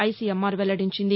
ICMR వెల్లడించింది